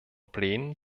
plänen